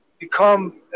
become